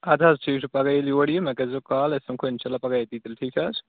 اَدٕ حظ ٹھیٖک چھُ پگاہ ییٚلہِ یور یِیِو نا مےٚ کٔرۍزیو کال أسۍ سَمکھو اِنشاء اَللّٰہ پگاہ ییٚتی تیٚلہِ ٹھیٖک چھِ حظ